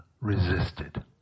resisted